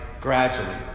gradually